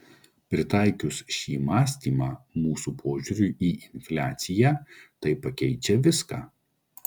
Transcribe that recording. pritaikius šį mąstymą mūsų požiūriui į infliaciją tai pakeičia viską